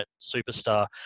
superstar